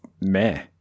meh